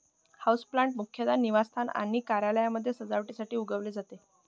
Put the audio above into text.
houseplant मुख्यतः निवासस्थान आणि कार्यालयांमध्ये सजावटीसाठी उगवले जाते